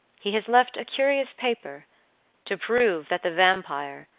he has left a curious paper to prove that the vampire,